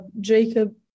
Jacob